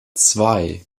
zwei